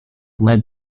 led